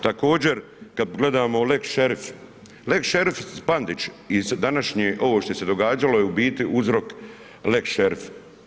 Također kad gledamo lex šerif, lex šerif Bandić iz današnje, ovo što se događalo je u biti uzrok lex šerif.